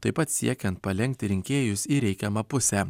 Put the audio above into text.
taip pat siekiant palenkti rinkėjus į reikiamą pusę